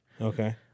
Okay